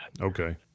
Okay